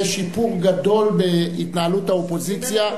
יש שיפור גדול בהתנהלות האופוזיציה,